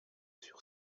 sur